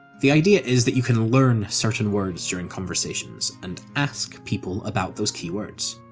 the idea is that you can learn certain words during conversations, and ask people about those keywords.